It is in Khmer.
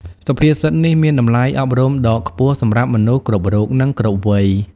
សុភាសិតនេះមានតម្លៃអប់រំដ៏ខ្ពស់សម្រាប់មនុស្សគ្រប់រូប និងគ្រប់វ័យ។